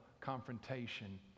confrontation